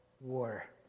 war